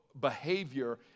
behavior